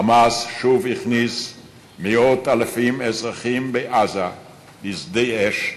"חמאס" שוב הכניס מאות-אלפי אזרחים בעזה לשדה אש,